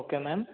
okay ma'am